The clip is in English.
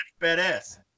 badass